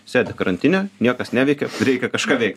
sėdi karantine niekas neveikia reikia kažką veikt